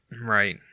Right